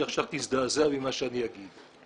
היא עכשיו תזדעזע ממה שאני אגיד.